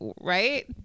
right